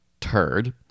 turd